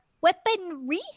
Weaponry